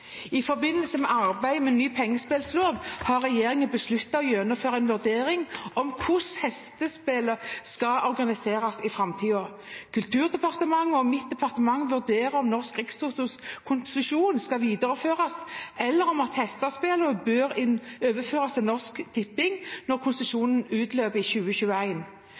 I forbindelse med arbeidet med ny pengespillov har regjeringen besluttet å gjennomføre en vurdering av hvordan hestespillene skal organiseres i framtiden. Kulturdepartementet og mitt departement vurderer om Norsk Rikstotos konsesjon skal videreføres, eller om hestespillene bør overføres til Norsk Tipping når konsesjonen utløper i